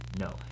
No